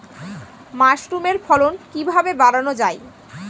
মাসরুমের ফলন কিভাবে বাড়ানো যায়?